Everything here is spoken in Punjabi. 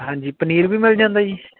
ਹਾਂਜੀ ਪਨੀਰ ਵੀ ਮਿਲ ਜਾਂਦਾ ਜੀ